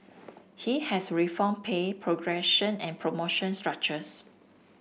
he has reformed pay progression and promotion structures